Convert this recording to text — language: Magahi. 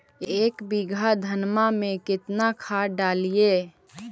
एक बीघा धन्मा में केतना खाद डालिए?